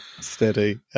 steady